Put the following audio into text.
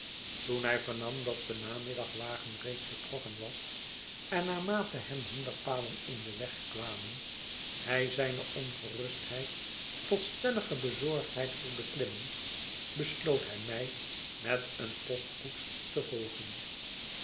toen hij vernam dat de namiddagwagen reeds vertrokken was en naarmate hem hinderpalen in den weg kwamen hij zijne ongerustheid tot stellige bezorgdheid voelde klimmen besloot hij mij met eenepostkoets te volgen